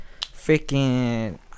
freaking